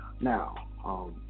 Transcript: Now